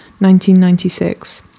1996